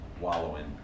wallowing